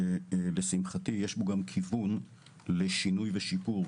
שלשמחתי יש בו גם כיוון לשינוי ושיפור,